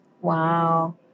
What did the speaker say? Wow